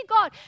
God